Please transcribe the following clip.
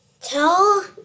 Tell